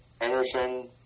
Anderson